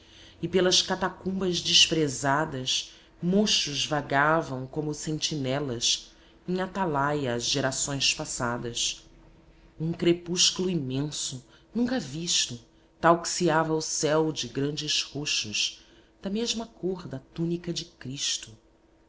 e pelas catacumbas desprezadas mochos vagavam como sentinelas em atalaia às gerações passadas um crepúsculo imenso nunca visto tauxiava o céu de grandes roxos da mesma cor da túnica de cristo